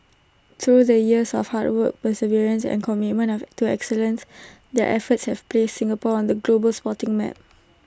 through the years of hard work perseverance and commitment have to excellent their efforts have placed Singapore on the global sporting map